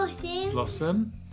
Blossom